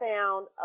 found